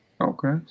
Okay